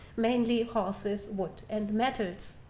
mainly horses, wood, and metals.